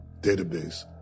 database